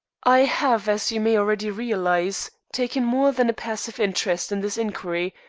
i have, as you may already realize, taken more than a passive interest in this inquiry,